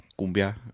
Cumbia